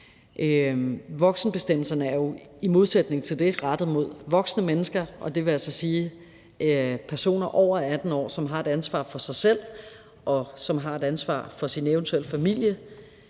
Voksenbestemmelserne er jo i modsætning til det rettet mod voksne mennesker, og det vil altså sige personer over 18 år, som har et ansvar for sig selv, og som har et ansvar for sin eventuelle familie,